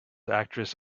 actress